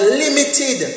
limited